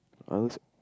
I always